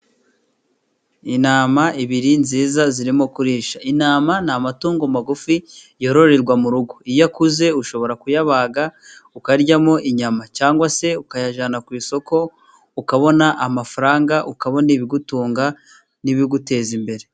Intama ebyiri nziza zirimo kurisha, intama ni amatungo magufi yororerwa mu rugo, iyo akuze ushobora kuyabaga ukarya inyama cyangwa se ukayajyana ku isoko, ukabona amafaranga ukabona ibigutunga n'ibiguteza imbere.